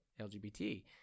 LGBT